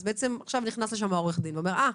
אז בעצם עכשיו נכנס לשם העורך דין ואומר: אה,